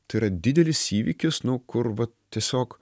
tai yra didelis įvykis nu kur vat tiesiog